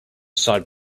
side